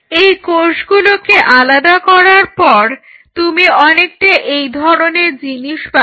এই কোষগুলোকে আলাদা করার পর তুমি অনেকটা এই ধরনের জিনিস পাবে